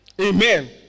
Amen